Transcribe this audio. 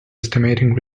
estimating